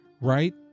Right